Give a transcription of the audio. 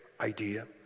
idea